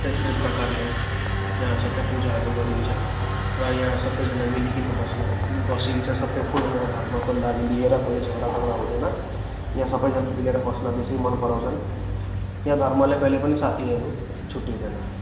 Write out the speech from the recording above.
त्यस्तै प्रकारले यहाँ सबै पूजाहरू गरिन्छ र यहाँ सबैजना मिलिकन बस्न बसिन्छ सबै कुनै यहाँ धर्मको लागि लिएर कुनै झगडा तगडा हुँदैन यहाँ सबैजना मिलेर बस्न बेसी मन पराउँछन् यहाँ धर्मले कहिले पनि साथीहरू छुटिँदैन